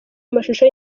amashusho